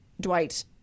Dwight